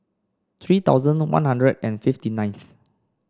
three thousand One Hundred and fifty ninth